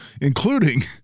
including